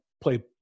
play